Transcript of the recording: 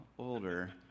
older